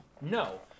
no